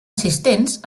assistents